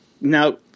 Now